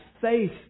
faith